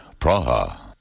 Praha